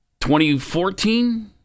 2014